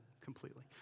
completely